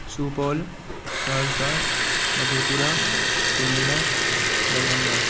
Supaul Saharsa Madhepura Purnia Darbhanga